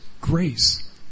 grace